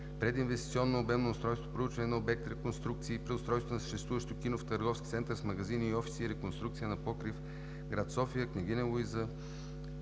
„Прединвестиционно обемно устройство, проучване на обекта, реконструкции, преустройство на съществуващото кино в търговски център с магазини и офиси и реконструкция на покрив – град София, „Княгиня Мария